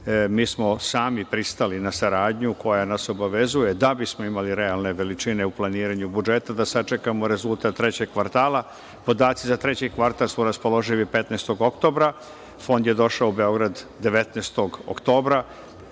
Mi smo sami pristali na saradnju koja nas obavezuje da bismo imali realne veličine u planiranju budžeta, da sačekamo rezultat trećeg kvartala. Podaci za treći kvartal su raspoloživi 15. oktobra. Fond je došao u Beograd 19. oktobra. Prvog,